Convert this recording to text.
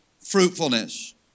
fruitfulness